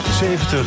70